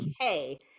okay